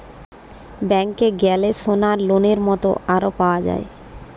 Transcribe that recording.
ব্যাংকে গ্যালে সোনার লোনের মত আরো পাওয়া যায়